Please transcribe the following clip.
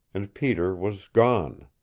and peter was gone.